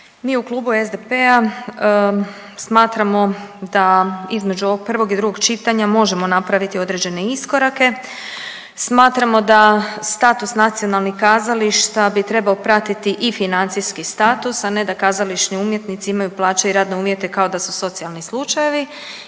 Mi u Klubu SDP-a smatramo da između ovog prvog i drugog čitanja možemo napraviti određene iskorake. Smatramo da status nacionalnih kazališta bi trebao pratiti i financijski status, a ne da kazališni umjetnici imaju plaće i radne uvjete kao da su socijalni slučajevi